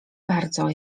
bardzo